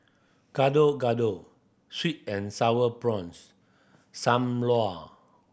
Gado Gado sweet and Sour Prawns Sam Lau